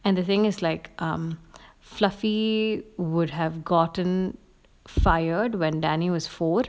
and the thing is like um fluffy would have gotten fired when danny was four